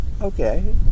okay